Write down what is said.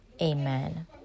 amen